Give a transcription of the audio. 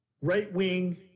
right-wing